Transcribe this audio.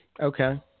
Okay